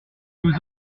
nous